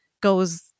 goes